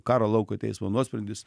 karo lauko teismo nuosprendis